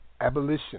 Abolition